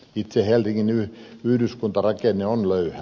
itse helsingin yhdyskuntarakenne on löyhä